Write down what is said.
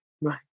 Right